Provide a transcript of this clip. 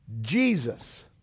Jesus